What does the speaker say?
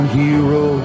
hero